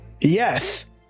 Yes